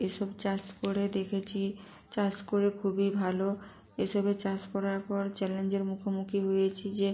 এ সব চাষ করে দেখেছি চাষ করে খুবই ভালো এ সবের চাষ করার পর চ্যালেঞ্জের মুখোমুখি হয়েছি যে